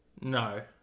No